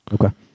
Okay